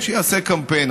קמפיין, שיעשה קמפיין.